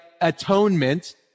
atonement